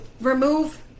remove